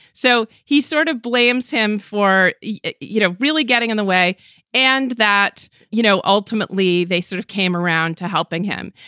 so he sort of blames him for, you know, really getting in the way and that, you know, ultimately they sort of came around to helping him.